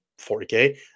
40k